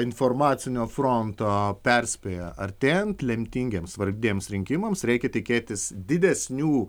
informacinio fronto perspėja artėjant lemtingiems svarbiems rinkimams reikia tikėtis didesnių